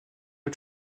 rez